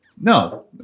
no